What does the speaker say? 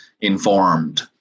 informed